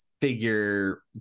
figure